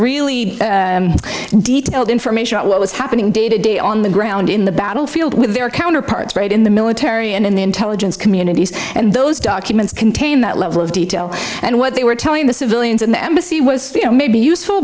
really detailed information out what was happening day to day on the ground in the battlefield with their counterparts in the military and in the intelligence communities and those documents contain that level of detail and what they were telling the civilians in the embassy was you know maybe useful